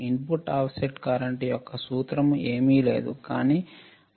input offset current యొక్క సూత్రం ఏమీ లేదు కానీ | Ib1 Ib2 |